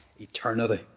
eternity